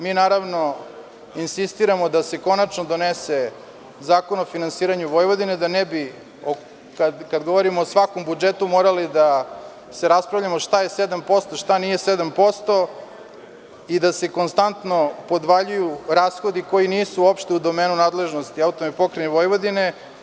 Mi naravno insistiramo da se konačno donese Zakon o finansiranju Vojvodine, da ne bi, kada govorimo o svakom budžetu morali da se raspravljamo šta je 7% šta nije 7%, i da se konstanto podvaljuju rashodi koji nisu uopšte u domenu nadležnosti AP Vojvodine.